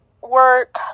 Work